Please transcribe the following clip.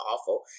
awful